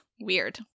weird